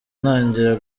ntangira